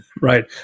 right